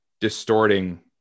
distorting